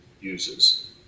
uses